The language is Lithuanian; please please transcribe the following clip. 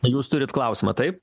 jūs turit klausimą taip